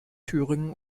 thüringen